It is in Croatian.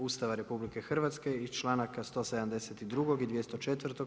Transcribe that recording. Ustava RH i članaka 172. i 204.